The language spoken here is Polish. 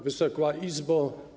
Wysoka Izbo!